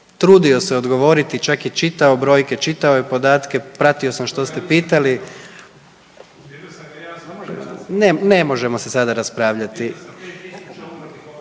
trudio se odgovoriti čak je i čitao brojke, čitao je podatke, pratio sam što ste ga pitali …/Upadica se ne razumije./…